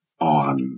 On